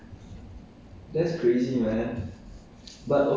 but 我可能会回去 ah is okay